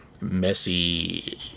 messy